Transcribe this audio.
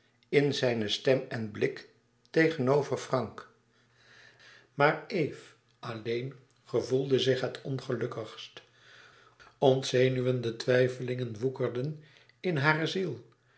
in zijne stem en zijn blik tegenover frank maar eve alleen gevoelde zich het ongelukkigst ontzenuwende twijfelingen woekerden in hare ziel